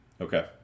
Okay